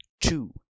two